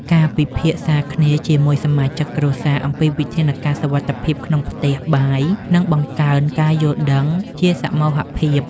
ការពិភាក្សាគ្នាជាមួយសមាជិកគ្រួសារអំពីវិធានការសុវត្ថិភាពក្នុងផ្ទះបាយនឹងបង្កើនការយល់ដឹងជាសមូហភាព។